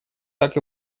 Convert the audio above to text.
так